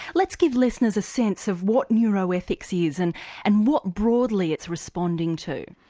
let's give listeners a sense of what neuroethics is and and what broadly it's responding to.